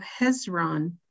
Hezron